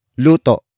luto